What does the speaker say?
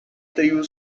tribu